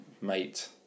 mate